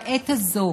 בעת הזו,